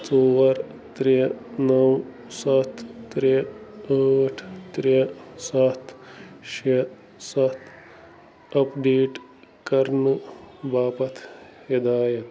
ژور ترٛےٚ نَو سَتھ ترٛےٚ ٲٹھ ترٛےٚ سَتھ شےٚ سَتھ اپڈیٹ کرنہٕ باپتھ ہِدایت